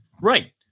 Right